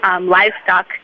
livestock